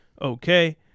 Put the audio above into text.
okay